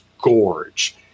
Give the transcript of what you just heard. gorge